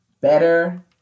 better